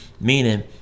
Meaning